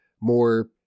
More